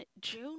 June